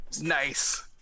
Nice